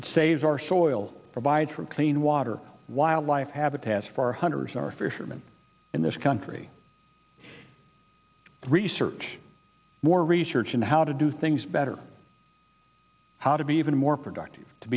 it saves our soil provide for clean water wildlife habitats for hunters our fishermen in this country research more research into how to do things better how to be even more productive to